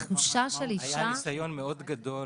התחושה של אישה --- היה ניסיון מאוד גדול